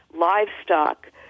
livestock